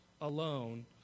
alone